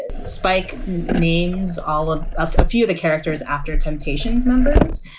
ah spike names all of us, a few of the characters after temptation's members,